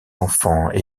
enfants